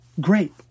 great